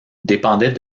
dépendait